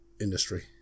industry